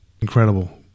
incredible